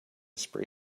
spray